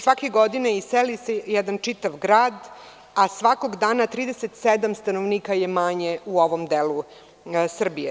Svake godine iseli se jedan čitav grad, a svakog dana 37 stanovnika je manje u ovom delu Srbije.